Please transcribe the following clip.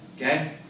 Okay